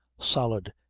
solid,